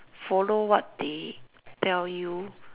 follow what they tell you